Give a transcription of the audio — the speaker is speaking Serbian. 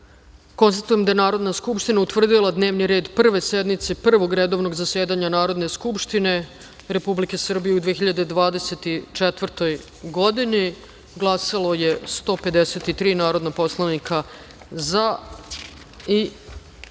glasaju. Konstatujem da je Narodna skupština utvrdila dnevni red Prve sednice Prvog redovnog zasedanja Narodne skupštine Republike Srbije u 2024. godini. Glasalo je 153 narodna poslanika